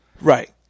Right